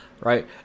right